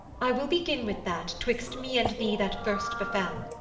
i will begin with that, twixt me and thee, that first befell.